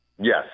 Yes